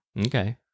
Okay